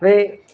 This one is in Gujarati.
હવે